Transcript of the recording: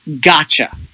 Gotcha